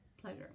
pleasure